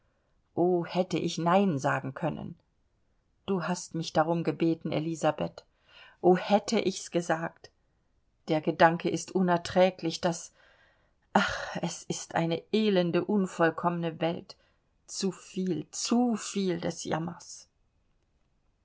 o hätte ich nein sagen können du hast mich darum gebeten elisabeth o hätte ich's gesagt der gedanke ist unerträglich daß ach es ist eine elende unvollkommene welt zu viel zu viel des jammers